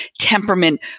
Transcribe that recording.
temperament